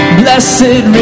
blessed